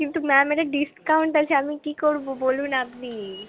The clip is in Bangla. কিন্তু ম্যাম এটা ডিসকাউন্ট আছে আমি কী করবো বলুন আপনি